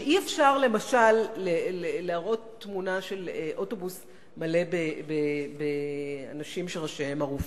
שאי-אפשר למשל להראות תמונה של אוטובוס מלא באנשים שראשיהם ערופים.